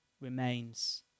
remains